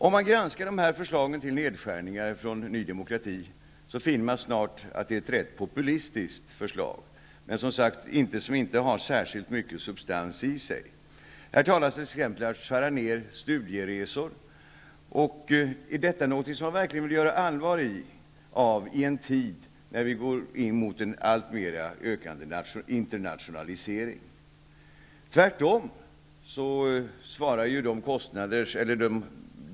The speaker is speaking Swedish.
Om man granskar förslagen till nedskärningar från Ny demokrati finner man snart att det är ett rätt populistiskt förslag som inte har särskilt mycket substans. Här talas det t.ex. om att skära ned på studieresor. Är detta någonting som man verkligen vill göra allvar av, i en tid när vi går mot en alltmer ökande internationalisering?